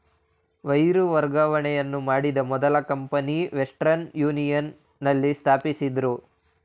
wire ವರ್ಗಾವಣೆಯನ್ನು ಮಾಡಿದ ಮೊದಲ ಕಂಪನಿ ವೆಸ್ಟರ್ನ್ ಯೂನಿಯನ್ ನಲ್ಲಿ ಸ್ಥಾಪಿಸಿದ್ದ್ರು